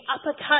uppercut